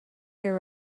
your